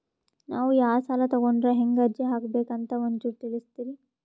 ನಾವು ಯಾ ಸಾಲ ತೊಗೊಂಡ್ರ ಹೆಂಗ ಅರ್ಜಿ ಹಾಕಬೇಕು ಅಂತ ಒಂಚೂರು ತಿಳಿಸ್ತೀರಿ?